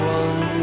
one